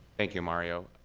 thank you, mario.